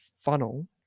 funnel